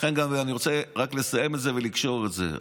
לכן אני רוצה רק לסיים את זה ולקשור את זה.